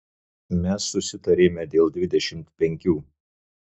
mes susitarėme dėl dvidešimt penkių